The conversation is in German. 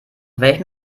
welchem